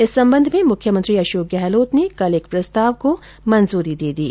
इस संबंध में मुख्यमंत्री अशोक गहलोत ने कल एक प्रस्ताव को मंजूरी दे दी हैं